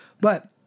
But-